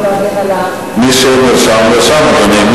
מי שנרשם, נרשם, אדוני.